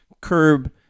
curb